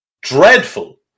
dreadful